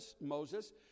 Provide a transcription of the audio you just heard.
Moses